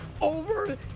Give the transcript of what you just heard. over